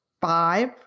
Five